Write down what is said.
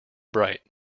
bright